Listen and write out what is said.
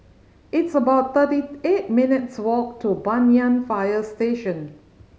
it's about thirty eight minutes' walk to Banyan Fire Station